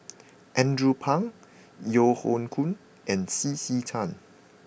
Andrew Phang Yeo Hoe Koon and C C Tan